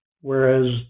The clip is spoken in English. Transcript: whereas